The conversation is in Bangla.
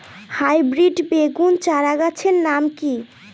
হাইব্রিড বেগুন চারাগাছের নাম কি?